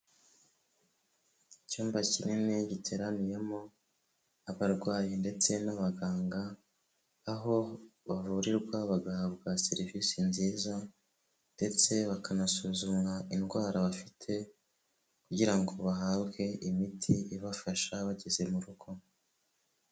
Icyumba kinini giteraniyemo abarwayi ndetse n'abaganga, aho bavurirwa bagahabwa serivisi nziza ndetse bakanasuzumwa indwara bafite, kugira ngo bahabwe imiti ibafasha bageze mu rugo.